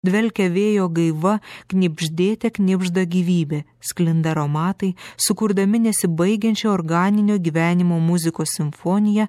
dvelkia vėjo gaiva knibždėte knibžda gyvybė sklinda aromatai sukurdami nesibaigiančią organinio gyvenimo muzikos simfoniją